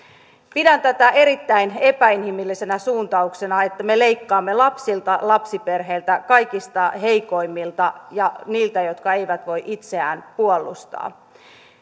pidän tätä erittäin epäinhimillisenä suuntauksena että me leikkaamme lapsilta lapsiperheiltä kaikista heikoimmilta ja niiltä jotka eivät voi itseään puolustaa